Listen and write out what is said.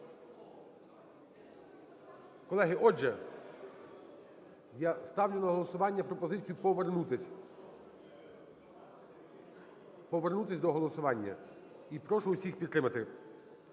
Колеги, отже, я ставлю на голосування пропозицію повернутися, повернутися до голосування, і прошу усіх підтримати.